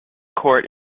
court